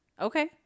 Okay